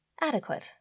adequate